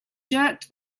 jerked